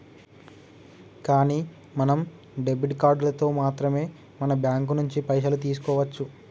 కానీ మనం డెబిట్ కార్డులతో మాత్రమే మన బ్యాంకు నుంచి పైసలు తీసుకోవచ్చు